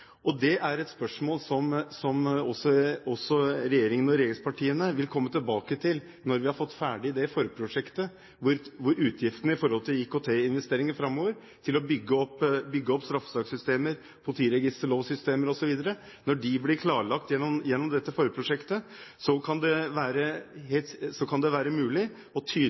politibudsjettet. Det er et spørsmål som regjeringen og regjeringspartiene vil komme tilbake til når vi har fått ferdig forprosjektet, der utgiftene til IKT-investeringene framover, til å bygge opp straffesakssystemer, politiregisterlovsystemer osv. blir klarlagt. Når de blir klarlagt gjennom dette forprosjektet, kan det være mulig å tydeliggjøre dette i budsjettet, som vi sier nå, og